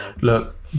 Look